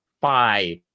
five